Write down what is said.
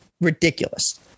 ridiculous